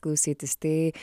klausytis tai